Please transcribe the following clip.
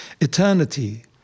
eternity